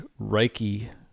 Reiki